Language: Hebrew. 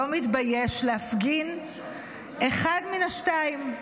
לא מתבייש להפגין אחד מן השניים: